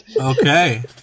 okay